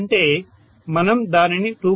ఎందుకంటే మనం దానిని 2